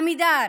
עמידר